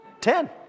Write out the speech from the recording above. Ten